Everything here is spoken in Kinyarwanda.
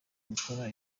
gukora